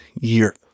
year